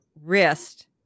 wrist